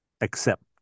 accept